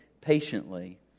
Patiently